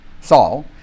Saul